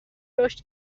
رشد